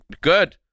Good